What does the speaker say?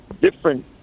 different